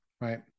right